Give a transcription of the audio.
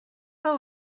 pas